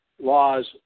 laws